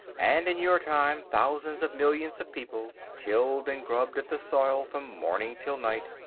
and in your time thousands of millions of people tilled and grubbed at the soil from morning till night.